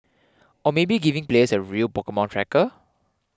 or maybe giving players a real Pokemon tracker